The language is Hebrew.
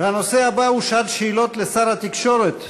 הנושא הבא הוא שעת שאלות לשר התקשורת,